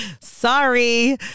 sorry